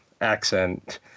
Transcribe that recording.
accent